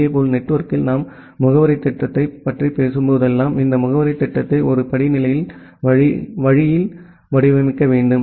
இதேபோல் நெட்வொர்க்கில் நாம் முகவரித் திட்டத்தைப் பற்றி பேசும்போதெல்லாம் இந்த முகவரித் திட்டத்தை ஒரு படிநிலை வழியில் வடிவமைக்க வேண்டும்